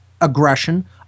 aggression